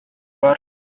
бар